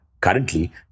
Currently